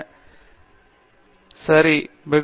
பேராசிரியர் பிரதாப் ஹரிடாஸ் சரி பேராசிரியர் ஆர்